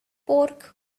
pork